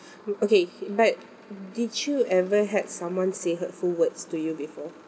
okay but did you ever had someone say hurtful words to you before